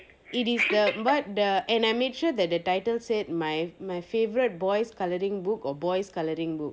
it is what uh and I made sure that the title said my my favorite boys coloring book or boys colouring book